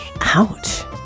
Ouch